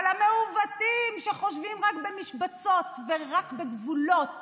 אבל המעוותים שחושבים רק במשבצות ורק בגבולות